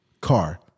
car